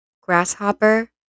Grasshopper